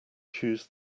choose